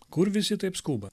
kur visi taip skuba